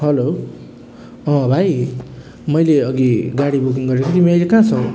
hello अँ भाइ मैले अघि गाडी बुकिङ गरेँ तिमी अहिले कहाँ छौ